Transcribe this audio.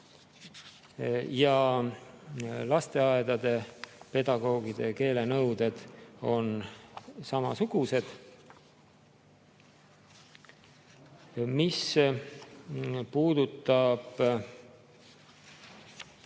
Ja lasteaedade pedagoogide keelenõuded on samasugused. Mis puudutab